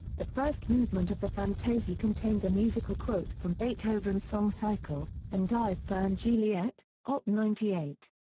the first movement of the fantasie contains a musical quote from beethoven's song cycle, an die ferne geliebte, op. ninety eight.